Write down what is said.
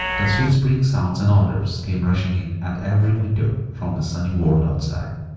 the sweet spring sounds and odours came rushing in at every window from the sunny world outside,